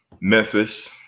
Memphis